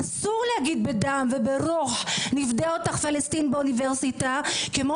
אסור להגיד: "בדם וברוח נפדה אותך פלסטין" באוניברסיטה כמו